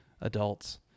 adults